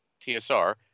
TSR